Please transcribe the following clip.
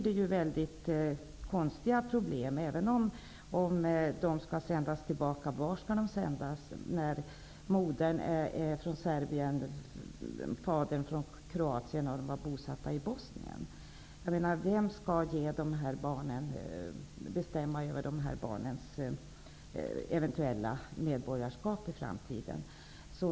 Det uppstår problem även om de skall sändas tillbaka. Vart skall de sändas? Modern är från Serbien och fadern från Kroatien, och de är bosatta i Bosnien. Vem skall bestämma över de här barnens medborgarskap i framtiden?